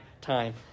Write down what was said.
time